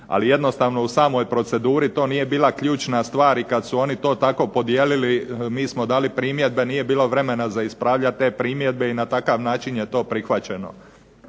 Ali jednostavno u samoj proceduri to nije bila ključna stvar i kad su oni to tako podijelili mi smo dali primjedbe, nije bilo vremena za ispravljat te primjedbe i na takav način je to prihvaćeno.